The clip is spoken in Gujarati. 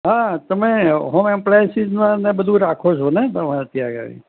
હા તમે હોમ એપ્લાયન્સીસમાં ને બધું રાખો છો ને તમારે ત્યાં આગળ